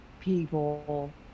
people